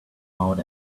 out